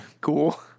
cool